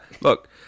look